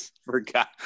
Forgot